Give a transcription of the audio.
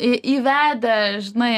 į vedę žinai